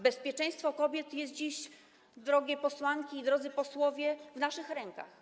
Bezpieczeństwo kobiet jest dziś, drogie posłanki i drodzy posłowie, w naszych rękach.